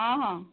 ହଁ ହଁ